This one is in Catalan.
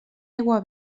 aigua